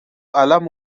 عَلَم